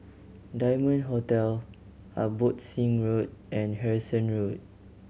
Diamond Hotel Abbotsingh Road and Harrison Road